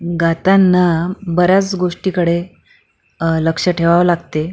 गाताना बऱ्याच गोष्टीकडे लक्ष ठेवावं लागते